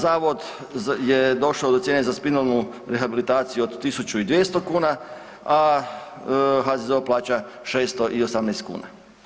Zavod je došao do cijene za spinalnu rehabilitaciju od 1.200 kuna, a HZZO plaća 618 kuna.